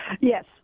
Yes